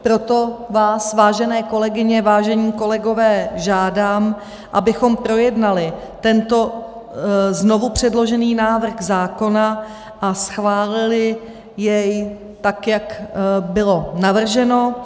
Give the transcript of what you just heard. Proto vás, vážené kolegyně, vážení kolegové, žádám, abychom projednali tento znovupředložený návrh zákona a schválili jej tak, jak bylo navrženo.